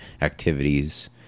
activities